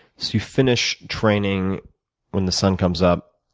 so you finish training when the sun comes up,